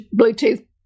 Bluetooth